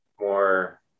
more